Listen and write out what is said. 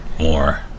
more